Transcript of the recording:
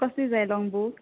कसली जाय long book